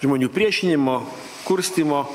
žmonių priešinimo kurstymo